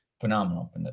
phenomenal